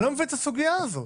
אני לא מבין את הסוגיה הזאת.